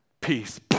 peace